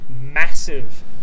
massive